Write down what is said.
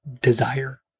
desire